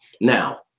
Now